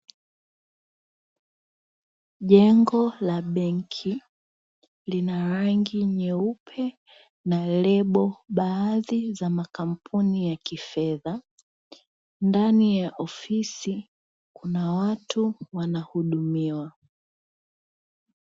Jengo la benki linarangi nyeupe na lebo ya baadhi za makampuni ya kifedha, Ndani ya ofisi kuna watu wanahudumiwa.